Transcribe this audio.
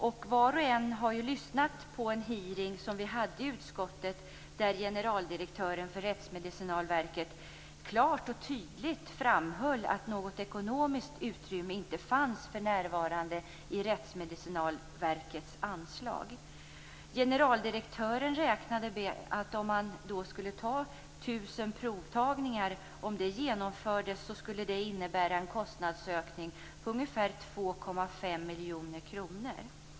Alla har ju lyssnat på den hearing som vi hade i utskottet där generaldirektören för Rättsmedicinalverket klart och tydligt framhöll att något ekonomiskt utrymme inte fanns för närvarande i Rättsmedicinalverkets anslag. Generaldirektören räknade med att om man skulle genomföra 1 000 provtagningar skulle det innebära en kostnadsökning på ungefär 2,5 miljoner kronor.